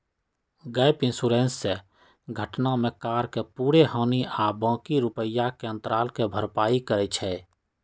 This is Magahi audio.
गैप इंश्योरेंस से घटना में कार के पूरे हानि आ बाँकी रुपैया के अंतराल के भरपाई करइ छै